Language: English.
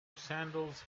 sandals